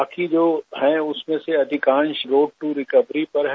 बाकी जो हैं उसमें से अधिकांश लोग भी रिकवरी पर हैं